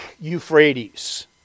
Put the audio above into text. Euphrates